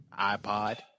iPod